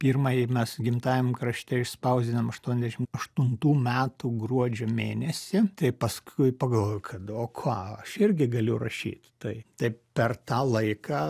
pirmąjį mes gimtajam krašte išspausdinom aštuoniasdešim aštuntų metų gruodžio mėnesį tai paskui pagalvojau kad o ką aš irgi galiu rašyt tai taip per tą laiką